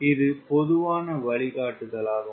இது பொதுவான வழிகாட்டுதலாகும்